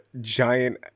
giant